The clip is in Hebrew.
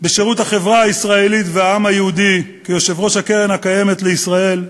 בשירות החברה הישראלית והעם היהודי כיושב-ראש הקרן הקיימת לישראל,